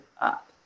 up